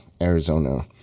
Arizona